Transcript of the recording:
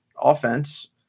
offense